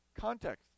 context